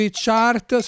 Chart